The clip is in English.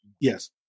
Yes